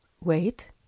Wait